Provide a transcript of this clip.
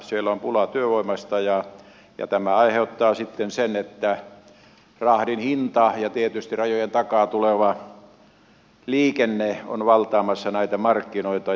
siellä on pulaa työvoimasta ja tämä aiheuttaa sen että rahdin hinta ja tietysti rajojen takaa tuleva liikenne ovat valtaamassa näitä markkinoita